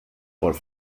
por